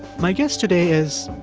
my guest today is